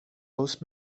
both